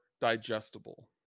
digestible